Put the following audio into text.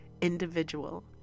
individual